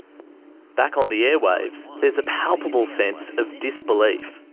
back on the airwaves, there's a palpable sense of disbelief.